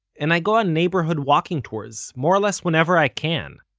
and i go on neighborhood walking tours more or less whenever i can.